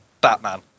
Batman